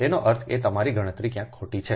તેનો અર્થ એ કે તમારી ગણતરી ક્યાંક ખોટી છે